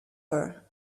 her